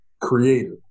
creative